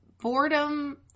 boredom